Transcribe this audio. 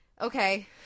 Okay